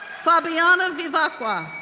fabiana vivacqua,